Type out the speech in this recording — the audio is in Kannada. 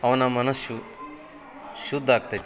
ಅವನ ಮನಸ್ಸು ಶುದ್ಧ ಆಗ್ತೈತೆ